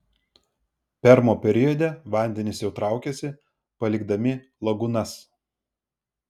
permo periode vandenys jau traukiasi palikdami lagūnas